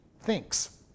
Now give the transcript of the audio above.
thinks